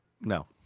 no